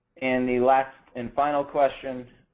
and the last and final question